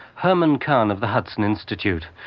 herman kahn of the hudson institute.